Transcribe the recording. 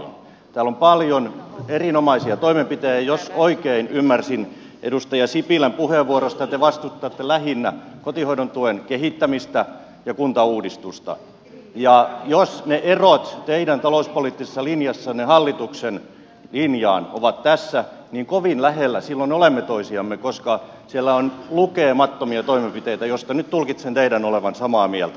täällä on paljon erinomaisia toimenpiteitä ja jos oikein ymmärsin edustaja sipilän puheenvuorosta te vastustatte lähinnä kotihoidon tuen kehittämistä ja kuntauudistusta ja jos ne erot teidän talouspoliittisessa linjassanne hallituksen linjaan ovat tässä niin kovin lähellä silloin olemme toisiamme koska siellä on lukemattomia toimenpiteitä joista nyt tulkitsen teidän olevan samaa mieltä